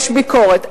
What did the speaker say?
יש ביקורת.